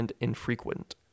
infrequent